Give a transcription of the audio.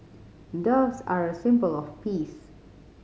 doves are a symbol of peace